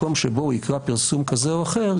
מקום שבו הוא יקרא פרסום כזה או אחר,